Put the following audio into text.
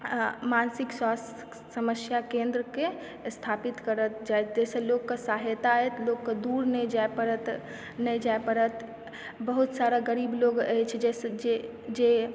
आ मानसिक स्वास्थ्य समस्या केन्द्रके स्थापित करल जाय जैसऽ लोकके सहायता होयत लोकके दूर नै जाय पड़त नै जाय पड़त बहुत सारा गरीब लोग अछि जे जे